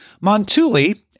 Montuli